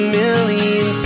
million